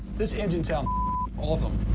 this engine sounds awesome.